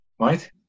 Right